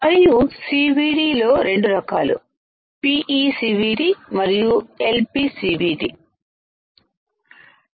మరియు C V D లో రెండు రకాలు పిఈసివిడి మరియు ఎల్ పి సివిడి LPCVD